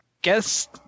guess